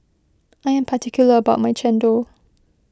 I am particular about my Chendol